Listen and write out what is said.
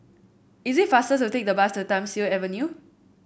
is it faster to take the bus to Thiam Siew Avenue